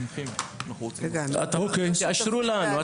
תאשרו לנו,